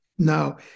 Now